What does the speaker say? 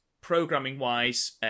programming-wise